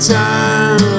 time